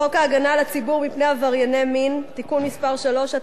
חוק ההגנה על הציבור מפני עברייני מין (תיקון מס' 3),